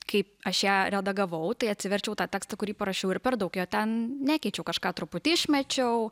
kaip aš ją redagavau tai atsiverčiau tą tekstą kurį parašiau ir per daug jo ten nekeičiau kažką truputį išmečiau